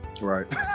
Right